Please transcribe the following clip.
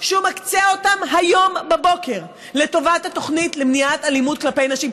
שהוא מקצה אותם היום בבוקר לטובת התוכנית למניעת אלימות כלפי נשים.